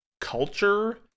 culture